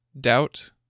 doubt